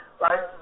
right